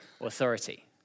authority